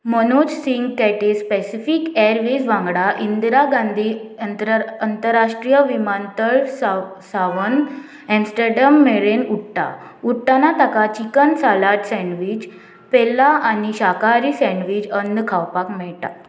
Manoj Singh Cathay Pacific Airways वांगडा इंदिरा गांधी अंतर अंतरराष्ट्रीय विमानतळ साव सावन एम्स्टरडॅम मेरेन उडटा उडटना ताका चिकन सालाड सँडवीच पेला आनी शाकाहारी सँडवीच अन्न खावपाक मेळटा